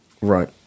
Right